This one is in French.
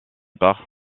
par